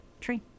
tree